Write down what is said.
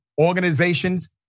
organizations